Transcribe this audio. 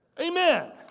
amen